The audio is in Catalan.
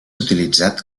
utilitzat